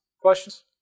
questions